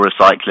recycling